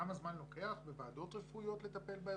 כמה זמן לוקח בוועדות רפואיות לטפל באזרחים,